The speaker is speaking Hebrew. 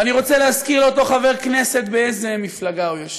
ואני רוצה להזכיר לאותו חבר כנסת באיזו מפלגה הוא יושב.